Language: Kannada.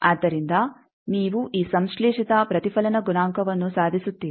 ಆದ್ದರಿಂದ ನೀವು ಈ ಸಂಶ್ಲೇಷಿತ ಪ್ರತಿಫಲನ ಗುಣಾಂಕವನ್ನು ಸಾಧಿಸುತ್ತೀರಿ